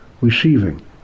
Receiving